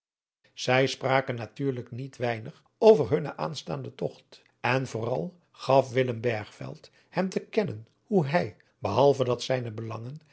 zij spraken natuurlijk niet weinig over hunnen aanstaanden togt en vooral gas willem bergveld hem te kennen hoe hij behalve dat zijne belangen